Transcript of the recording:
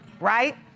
Right